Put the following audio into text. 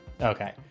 Okay